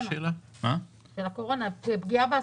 של פגיעה בעסקים.